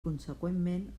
conseqüentment